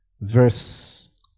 verse